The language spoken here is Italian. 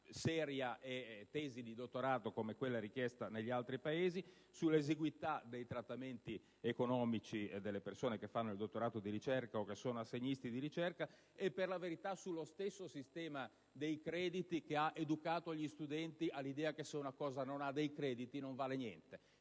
seria tesi di dottorato, come richiesto negli altri Paesi; sull'esiguità dei trattamenti economici delle persone che fanno il dottorato di ricerca o che sono assegniste di ricerca e, per la verità, sullo stesso sistema dei crediti, che ha educato gli studenti all'idea che se un'attività non comporta l'acquisizione di crediti non vale niente.